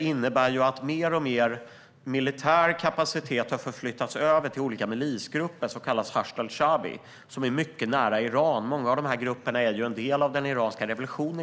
innebär att mer och mer militär kapacitet har förflyttats över till olika milisgrupper, som kallas Hashd al-Shaabi, som är mycket nära Iran. Många av dessa grupper är i praktiken en del av den iranska revolutionen.